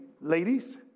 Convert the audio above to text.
Ladies